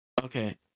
Okay